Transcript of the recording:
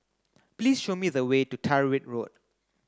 please show me the way to Tyrwhitt Road